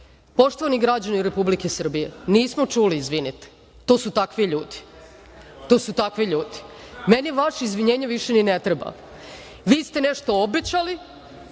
se. Poštovani građani Republike Srbije nismo čulu izvinite. To su takvi ljudi. Meni vaše izvinjenje više i ne treba. Vi ste nešto obećali,